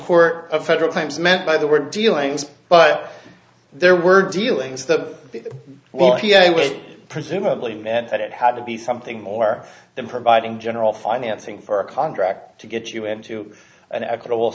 court of federal claims meant by the word dealings but there were dealings that well he presumably meant that it had to be something more than providing general financing for a contract to get you into an equitable